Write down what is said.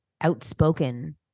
outspoken